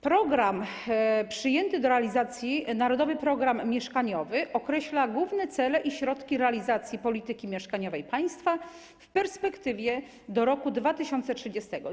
Przyjęty do realizacji „Narodowy program mieszkaniowy” określa główne cele i środki realizacji polityki mieszkaniowej państwa w perspektywie do roku 2030.